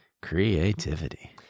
creativity